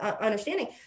understanding